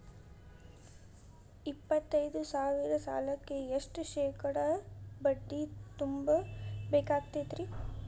ಎಪ್ಪತ್ತೈದು ಸಾವಿರ ಸಾಲಕ್ಕ ಎಷ್ಟ ಶೇಕಡಾ ಬಡ್ಡಿ ತುಂಬ ಬೇಕಾಕ್ತೈತ್ರಿ?